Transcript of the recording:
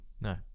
No